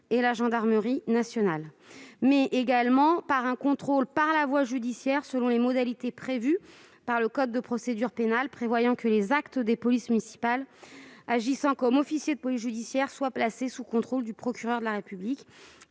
la gendarmerie nationale, et par un contrôle judiciaire, selon les modalités prévues par le code de procédure pénale prévoyant que les actes des agents de police municipale agissant comme officier de police judiciaire soient placés sous contrôle du procureur de la République.